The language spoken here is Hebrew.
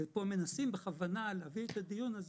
פה מנסים בכוונה להוביל את הדיון הזה